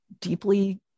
deeply